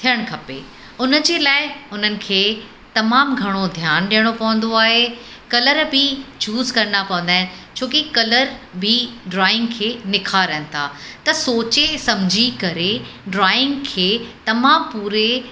थियणु खपे हुनजे लाइ हुनखे तमामु घणो ध्यानु ॾियणो पवंदो आहे कलर बि चूस करिणा पवंदा आहिनि छो कि कलर बि ड्रॉइंग खे निखारनि था त सोचे समुझी करे ड्रॉइंग खे तमामु पूरे